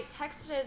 texted